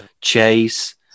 Chase